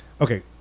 Okay